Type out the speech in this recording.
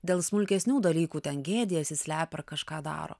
dėl smulkesnių dalykų ten gėdijasi slepia ar kažką daro